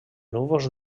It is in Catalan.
núvols